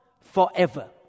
forever